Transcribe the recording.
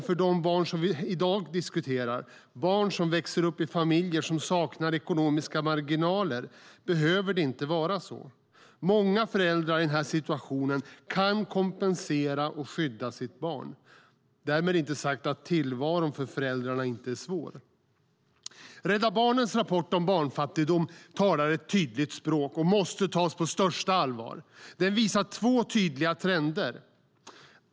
För de barn som vi i dag diskuterar, barn som växer upp i familjer som saknar ekonomiska marginaler, behöver det inte vara så. Många föräldrar i den här situationen kan kompensera och skydda sitt barn, men därmed inte sagt att tillvaron för föräldrarna inte är svår. Rädda Barnens rapport om barnfattigdom talar ett tydligt språk och måste tas på största allvar. Den visar två tydliga trender.